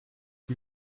die